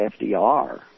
FDR